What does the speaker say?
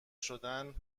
شدن